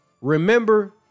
remember